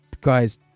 guys